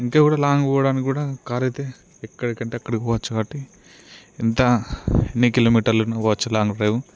ఇంకా కూడా లాంగ్ పోవడానికి కూడా కార్ అయితే ఎక్కడకంటే అక్కడికి పోవచ్చు కాబట్టి ఎంత ఎన్ని కిలోమీటర్లన్న పోవచ్చు లాంగ్ డ్రైవ్